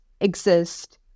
exist